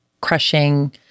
crushing